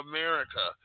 America